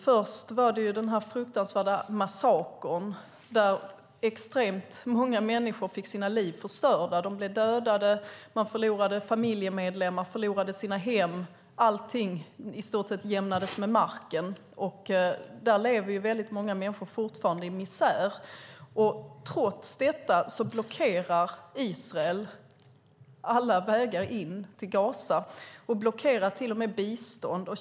Först var det den fruktansvärda massakern då extremt många människor fick sina liv förstörda. Människor blev dödade. Man förlorade familjemedlemmar och sina hem. I stort sett allt jämnades med marken. Fortfarande lever väldigt många människor i området i misär. Trots det blockerar Israel alla vägar in till Gaza. Man blockerar till och med bistånd.